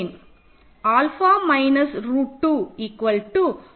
alpha minus root 2 root 3